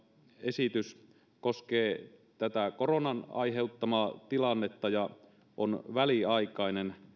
esitys koskee tätä koronan aiheuttamaa tilannetta ja on väliaikainen